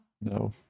No